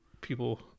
people